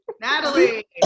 Natalie